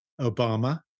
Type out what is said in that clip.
Obama